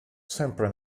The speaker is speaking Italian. sempre